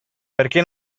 perché